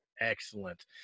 Excellent